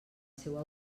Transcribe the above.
seua